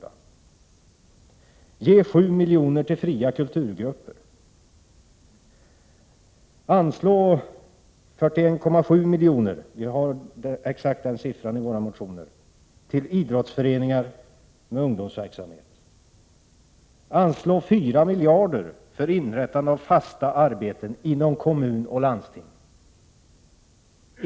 Anslå 4 miljarder för inrättande av fasta arbeten inom kommun och landsting.